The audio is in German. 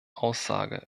aussage